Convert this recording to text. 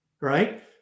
right